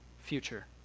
future